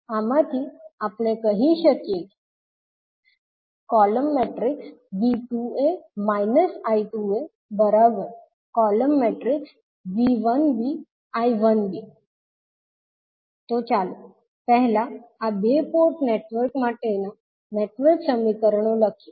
આમાંથી આપણે કહી શકીએ કે તો ચાલો પહેલા આ બે ટુ પોર્ટ નેટવર્ક માટેનાં નેટવર્ક સમીકરણો લખીએ